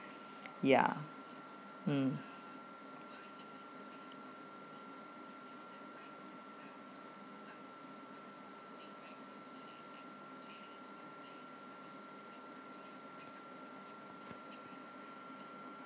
yeah hmm